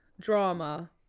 drama